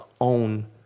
own